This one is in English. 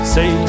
Say